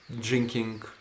drinking